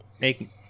make